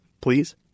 Please